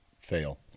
fail